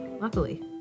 luckily